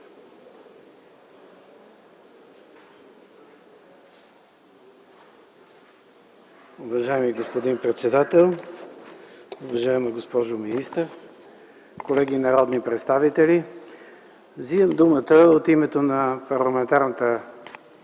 Уважаеми господин председател, уважаема госпожо министър, колеги народни представители! Вземам думата от името на Парламентарната